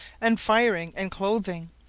and firing and clothing,